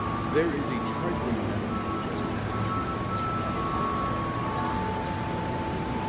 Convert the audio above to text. there is a trifling matter for adjustment between professor locke and the commonwealth.